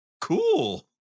cool